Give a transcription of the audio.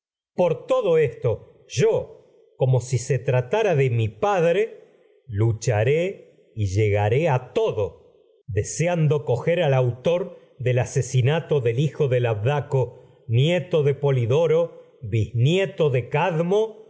por todo esto yo tratara de mi padre lucharé del y llegaré a todo de seando coger al autor asesinato del hijo de labday co nieto de polidoro biznieto de cadmo